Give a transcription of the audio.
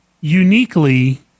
uniquely